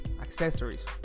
accessories